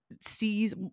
sees